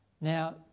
Now